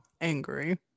angry